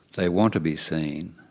they want to be seen,